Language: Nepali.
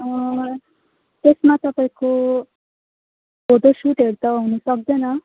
त्यसमा तपाईँको फोटोसुटहरू त हुन सक्दैन